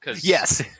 Yes